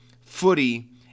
footy